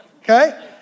okay